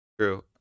true